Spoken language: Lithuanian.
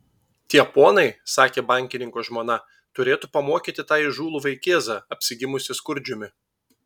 tie ponai sakė bankininko žmona turėtų pamokyti tą įžūlų vaikėzą apsigimusį skurdžiumi